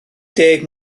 deg